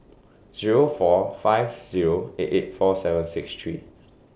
Zero four five Zero eight eight four seven six three